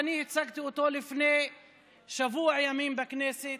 ואני הצגתי אותו לפני שבוע ימים בכנסת